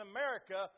America